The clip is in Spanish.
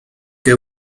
que